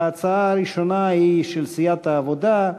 ההצעה הראשונה היא של סיעת העבודה,